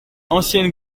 ancienne